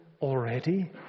already